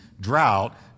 drought